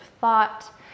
thought